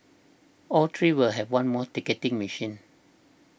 all three will have one more ticketing machine